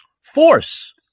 force